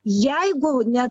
jeigu ne